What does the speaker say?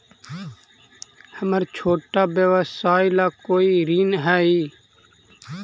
हमर छोटा व्यवसाय ला कोई ऋण हई?